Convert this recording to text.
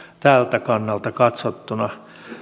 tältä kannalta katsottuna